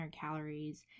calories